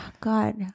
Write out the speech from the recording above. God